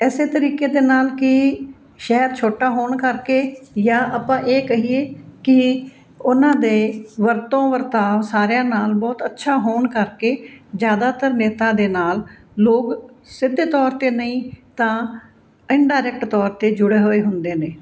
ਇਸੇ ਤਰੀਕੇ ਦੇ ਨਾਲ ਕਿ ਸ਼ਹਿਰ ਛੋਟਾ ਹੋਣ ਕਰਕੇ ਜਾਂ ਆਪਾਂ ਇਹ ਕਹੀਏ ਕਿ ਉਹਨਾਂ ਦੇ ਵਰਤੋਂ ਵਰਤਾਓ ਸਾਰਿਆਂ ਨਾਲ ਬਹੁਤ ਅੱਛਾ ਹੋਣ ਕਰਕੇ ਜ਼ਿਆਦਾਤਰ ਨੇਤਾ ਦੇ ਨਾਲ ਲੋਕ ਸਿੱਧੇ ਤੌਰ 'ਤੇ ਨਹੀਂ ਤਾਂ ਇੰਡਾਇਰੈਕਟ ਤੌਰ 'ਤੇ ਜੁੜੇ ਹੋਏ ਹੁੰਦੇ ਨੇ